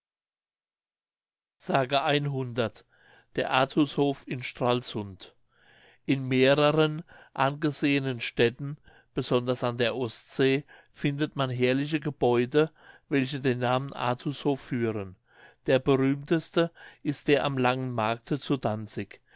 s der artushof in stralsund in mehreren angesehenen städten besonders an der ostsee findet man herrliche gebäude welche den namen artushof führen der berühmteste ist der am langen markte zu danzig